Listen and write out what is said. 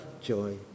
joy